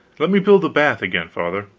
let me build the bath again, father.